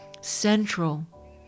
central